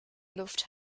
luft